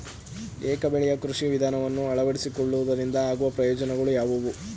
ಏಕ ಬೆಳೆಯ ಕೃಷಿ ವಿಧಾನವನ್ನು ಅಳವಡಿಸಿಕೊಳ್ಳುವುದರಿಂದ ಆಗುವ ಪ್ರಯೋಜನಗಳು ಯಾವುವು?